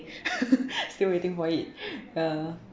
still waiting for it ya